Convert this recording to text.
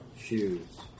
Shoes